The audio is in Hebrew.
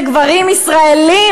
זה גברים ישראלים,